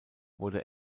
wurde